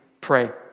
pray